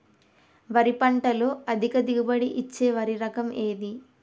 వరి పంట లో అధిక దిగుబడి ఇచ్చే వరి రకం ఏది?